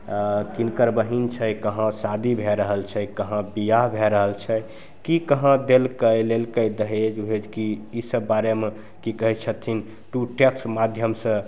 आओर किनकर बहिन छै कहाँ शादी भै रहल छै कहाँ बिआह भै रहल छै कि कहाँ देलकै लेलकै दहेज उहेज कि ईसब बारेमे कि कहै छथिन टू टेक्स्ट माध्यमसे